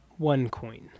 OneCoin